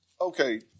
Okay